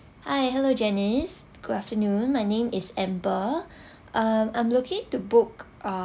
hi hello janice good afternoon my name is amber um I'm looking to book uh